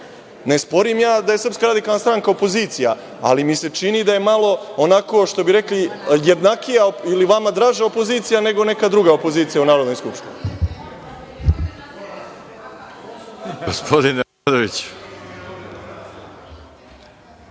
sporim ja da je SRS opozicija, ali mi se čini da je malo, što bi rekli, jednakija ili vama draža opozicija nego neka druga opozicija u Narodnoj skupštini.